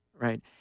right